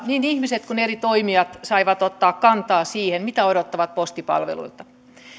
niin ihmiset kuin eri toimijat saivat ottaa kantaa siihen mitä odottavat postipalveluilta